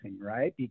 right